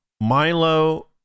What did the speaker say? milo